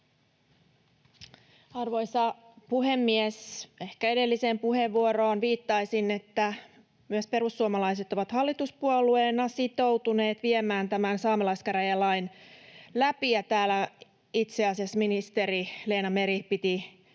viittaisin edelliseen puheenvuoroon niin, että myös perussuomalaiset ovat hallituspuolueena sitoutuneet viemään tämän saamelaiskäräjälain läpi. Täällä itse asiassa ministeri Leena Meri piti